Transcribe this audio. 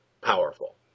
powerful